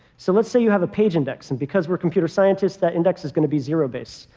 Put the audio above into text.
so let's say you have a page index. and because we're computer scientists, that index is going to be zero-based.